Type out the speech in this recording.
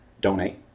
donate